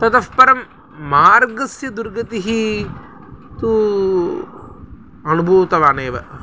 ततः परं मार्गस्य दुर्गतिः तु अनुभूतवान् एव